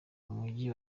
mujyi